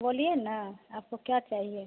बोलिए ना आपको क्या चाहिए